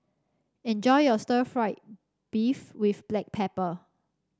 enjoy your stir fry beef with Black Pepper